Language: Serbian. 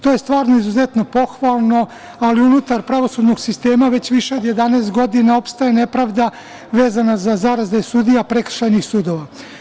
To je stvarno izuzetno pohvalno, ali unutar pravosudnog sistema već više od 11 godina opstaje nepravda vezana za zarade sudija prekršajnih sudova.